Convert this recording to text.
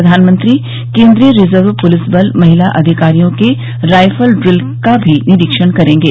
प्रधानमंत्री केन्द्रीय रिजर्व पुलिस बल महिला अधिकारियों के रायफल ड्रिल का भी निरीक्षण करेंगे